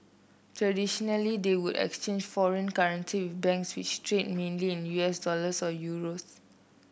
traditionally they would exchange foreign currency banks which trade mainly in U S dollars or euros